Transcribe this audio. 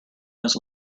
his